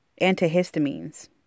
antihistamines